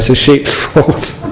so sheep's fault.